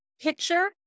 Picture